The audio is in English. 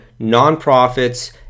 nonprofits